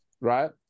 right